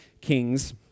kings